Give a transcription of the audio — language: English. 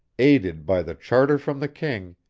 aided by the charter from the king,